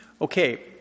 Okay